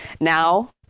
now